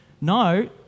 no